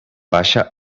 baixa